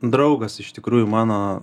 draugas iš tikrųjų mano